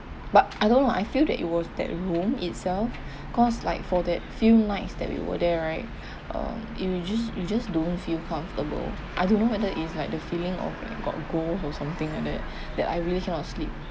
but I don't know I feel that it was that room itself cause like for that few nights that we were there right um you just you just don't feel comfortble~ I don't know whether is like the feeling of like got ghost or something like that that I really cannot sleep